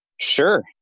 Sure